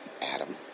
Adam